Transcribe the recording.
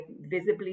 visibly